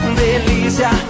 delícia